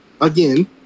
Again